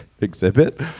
exhibit